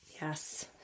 Yes